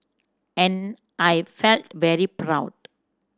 and I felt very proud